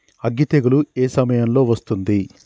అగ్గి తెగులు ఏ సమయం లో వస్తుంది?